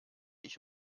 ich